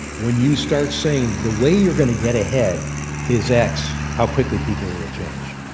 when you start saying, the way you're going to get ahead is x, how quickly people will change.